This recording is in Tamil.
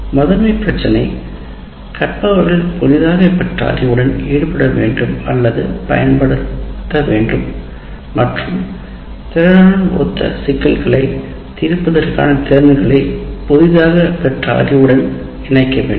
முதன்மை பிரச்சினை கற்பவர்கள் புதிதாகப் பெற்ற அறிவுடன் ஈடுபட வேண்டும் அல்லது பயன்படுத்த வேண்டும் மற்றும் திறனுடன் ஒத்த சிக்கல்களைத் தீர்ப்பதற்கான திறன்களை புதிதாக பெற்ற அறிவுடன் இணைக்க வேண்டும்